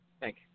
Thank